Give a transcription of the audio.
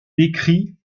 décrit